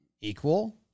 Equal